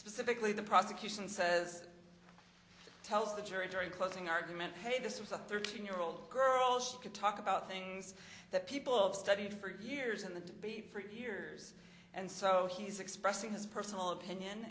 specifically the prosecution says tells the jury during closing argument hey this was a thirteen year old girl she could talk about things that people have studied for years and the debate for years and so he's expressing his personal opinion